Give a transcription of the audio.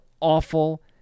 awful